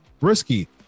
risky